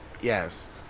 Yes